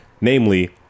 Namely